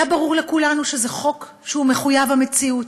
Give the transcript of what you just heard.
היה ברור לכולנו שזה חוק שהוא מחויב המציאות.